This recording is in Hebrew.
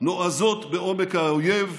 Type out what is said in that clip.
נועזות בעומק האויב,